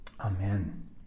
Amen